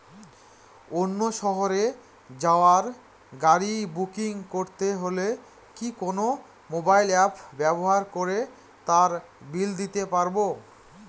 অন্য শহরে যাওয়ার গাড়ী বুকিং করতে হলে কি কোনো মোবাইল অ্যাপ ব্যবহার করে তার বিল দিতে পারব?